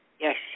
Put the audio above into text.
Yes